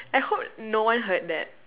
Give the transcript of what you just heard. I I hope no one heard that